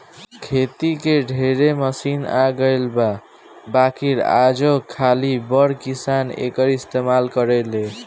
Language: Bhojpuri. खेती के ढेरे मशीन आ गइल बा बाकिर आजो खाली बड़ किसान एकर इस्तमाल करेले